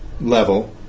level